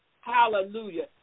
Hallelujah